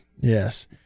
Yes